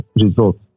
results